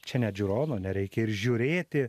čia net žiūrono nereikia ir žiūrėti